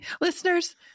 listeners